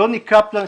יוני קפלן,